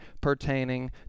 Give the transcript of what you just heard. pertaining